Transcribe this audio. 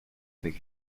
avec